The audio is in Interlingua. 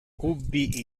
ubi